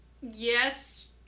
Yes